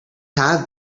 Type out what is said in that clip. have